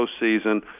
postseason